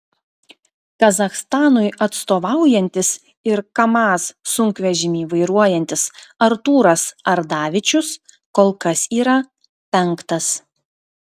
kazachstanui atstovaujantis ir kamaz sunkvežimį vairuojantis artūras ardavičius kol kas yra penktas